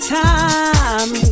time